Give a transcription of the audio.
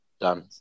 Done